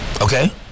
Okay